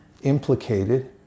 implicated